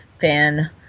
fan